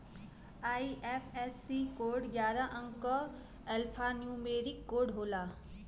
IFSC code ग्यारह अंक क एल्फान्यूमेरिक कोड होला